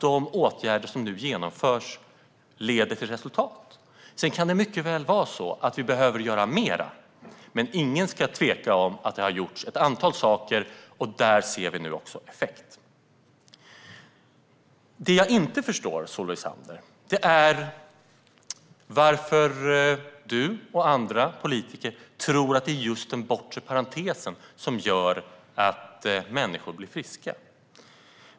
De åtgärder som nu genomförs leder till resultat. Sedan kan mycket väl mer behöva göras, men ingen ska tvivla på att det har gjorts ett antal saker. Där ser vi effekt. Det jag inte förstår, Solveig Zander, är varför du och andra politiker tror att det är just den bortre parentesen som gör att människor blir friska.